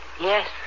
Yes